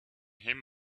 him